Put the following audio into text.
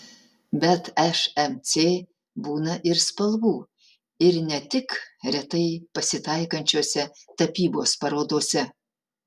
bet šmc būna ir spalvų ir ne tik retai pasitaikančiose tapybos parodose